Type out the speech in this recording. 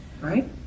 right